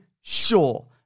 sure